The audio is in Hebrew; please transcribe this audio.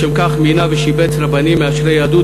לשם כך מינה ושיבץ רבנים מאשרי יהדות